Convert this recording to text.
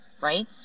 Right